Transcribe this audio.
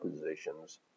positions